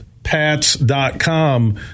Pats.com